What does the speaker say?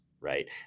Right